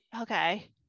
Okay